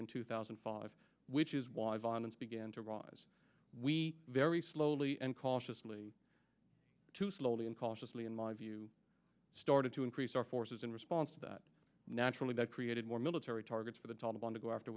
in two thousand and five which is why violence began to rise we very slowly and cautiously to slowly and cautiously in my view started to increase our forces in response to that naturally that created more military targets for the taliban to go after